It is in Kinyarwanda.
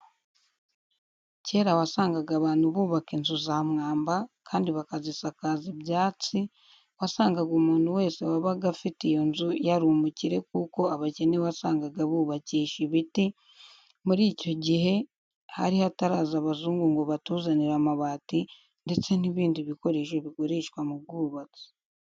Kera wasangaga abantu bubaka inzu za mwamba kandi bakazisakaza ibyatsi, wasangaga umuntu wese wabaga afite iyo nzu yari umukire kuko abakene wasangaga bubakisha ibiti, muri icyo gihe hari hataraza abazungu ngo batuzanire amabati ndetse n'ibindi bikoresho bikoreshwa mu bwubatsi.